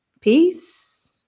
peace